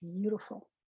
beautiful